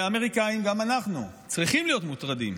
האמריקאים וגם אנחנו צריכים להיות מוטרדים,